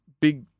big